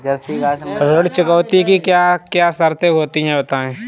ऋण चुकौती की क्या क्या शर्तें होती हैं बताएँ?